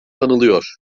anılıyor